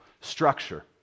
structure